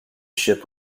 ship